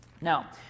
Now